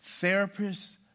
therapists